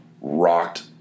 rocked